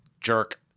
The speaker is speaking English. jerk